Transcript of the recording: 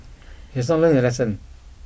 he has not learnt his lesson